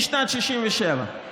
משנת 1967,